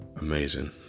amazing